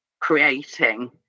creating